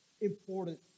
important